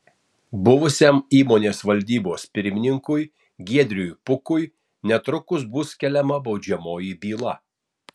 buvusiam įmonės valdybos pirmininkui giedriui pukui netrukus bus keliama baudžiamoji byla